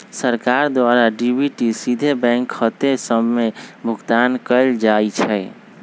सरकार द्वारा डी.बी.टी सीधे बैंक खते सभ में भुगतान कयल जाइ छइ